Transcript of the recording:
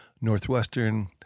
Northwestern